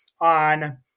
on